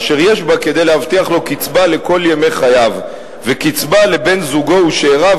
אשר יש בה כדי להבטיח לו קצבה לכל ימי חייו וקצבה לבן-זוגו ושאיריו